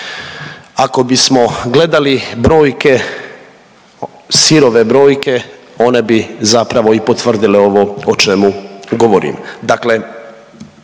Ako bismo gledali brojke, sirove brojke, one bi zapravo i potvrdilo ovo o čemu govorim.